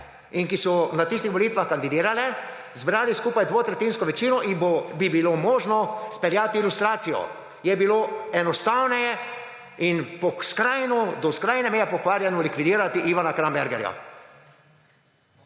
in ki so na tistih volitvah kandidirale, zbrale skupaj dvotretjinsko večino in bi bilo možno izpeljati lustracijo. Je bilo enostavneje in do skrajne meje pokvarjeno likvidirati Ivana Krambergerja.